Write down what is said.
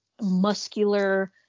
muscular